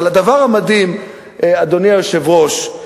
אבל, אדוני היושב-ראש,